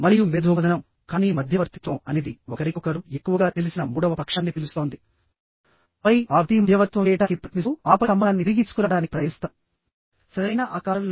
మరియు brain storming కానీ మధ్యవర్తిత్వం అనేది ఒకరికొకరు ఎక్కువగా తెలిసిన మూడవ పక్షాన్ని పిలుస్తోందిఆపై ఆ వ్యక్తి మధ్యవర్తిత్వం చేయడానికి ప్రయత్నిస్తూ ఆపై సంబంధాన్ని తిరిగి తీసుకురావడానికి ప్రయత్నిస్తాడుసరైన ఆకారంలో